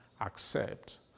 accept